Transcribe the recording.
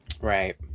Right